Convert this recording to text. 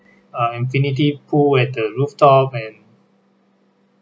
uh infinity pool at the rooftop and